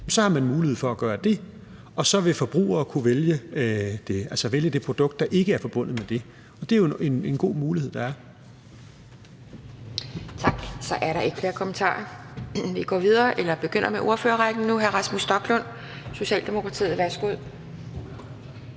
så har man mulighed for at gøre det, og så vil forbrugere kunne vælge det produkt, der ikke er forbundet med det, og det er jo en god mulighed, der er. Kl. 12:29 Anden næstformand (Pia Kjærsgaard): Tak. Så er der ikke flere kommentarer. Vi begynder med ordførerrækken nu. Hr. Rasmus Stoklund, Socialdemokratiet. Værsgo.